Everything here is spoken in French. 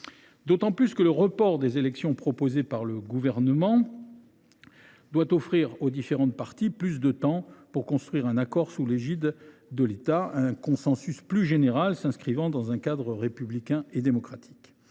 d’autant plus que le report des élections proposé par le Gouvernement doit donner aux différentes parties plus de temps pour parvenir à un accord sous l’égide de l’État, à un consensus s’inscrivant dans un cadre républicain et démocratique.